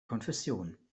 konfession